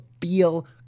feel